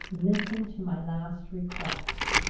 listen to my last request!